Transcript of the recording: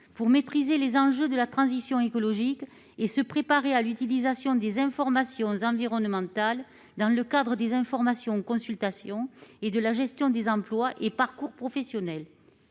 pour maîtriser les enjeux de la transition écologique et se préparer à l'utilisation des informations environnementales dans le cadre des informations consultation et de la gestion des emplois et parcours professionnels,